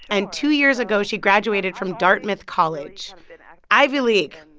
and two years ago, she graduated from dartmouth college ivy league.